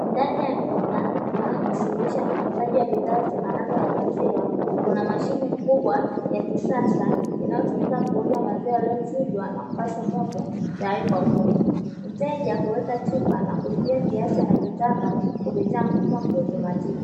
Ndani ya duka linajishughulisha na uuzaji wa bidhaa zitokanazo na maziwa, kuna mashine kubwa ya kisasa inayotumika kuuza maziwa yaliyochujwa na kupashwa moto tayari kwa kunywa, mteja huweka chupa na kulipia kiasi anachotaka kupitia metoa wa kiautomatiki,